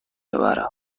ببرم